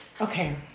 Okay